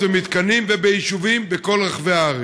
במתקנים וביישובים בכל רחבי הארץ.